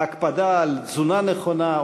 ההקפדה על תזונה נכונה,